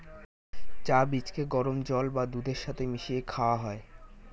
চা বীজকে গরম জল বা দুধের সাথে মিশিয়ে খাওয়া হয়